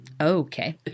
Okay